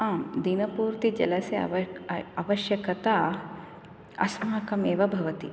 आं दिनपूर्तिजलस्य अवश्यकता अस्माकमेव भवति